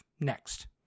next